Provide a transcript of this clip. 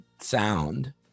sound